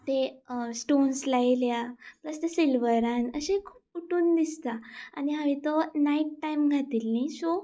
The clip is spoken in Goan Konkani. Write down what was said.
ते स्टोन्स लायल्या प्लस त्या सिल्वरान अशे खूब उठून दिसता आनी हांवें तो नायट टायम घातिल्ली सो